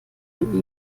von